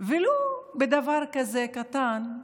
ולו בדבר כזה קטן,